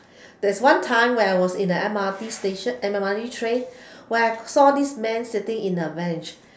there's one time when I was in a M_R_T station M_R_T train when I saw this man sitting in a bench